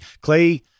Clay